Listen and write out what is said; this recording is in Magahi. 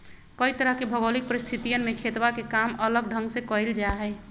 कई तरह के भौगोलिक परिस्थितियन में खेतवा के काम अलग ढंग से कइल जाहई